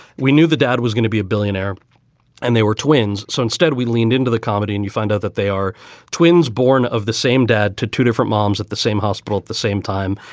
we knew the dad was going be a billionaire and they were twins. so instead we leaned into the comedy and you find out that they are twins, born of the same dad to two different moms at the same hospital at the same time.